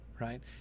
Right